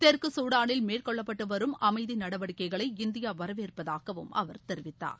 தெற்கு சூடானில் மேற்கொள்ளப்பட்டு வரும் அமைதி நடவடிக்கைகளை இந்தியா வரவேற்பதாகவும் அவர் தெரிவித்தார்